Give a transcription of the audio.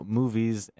movies